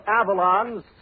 Avalon's